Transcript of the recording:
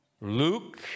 Luke